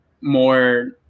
more